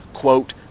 quote